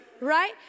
Right